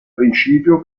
principio